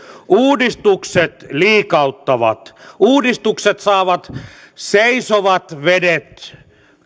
uudistukset liikauttavat uudistukset saavat seisovat vedet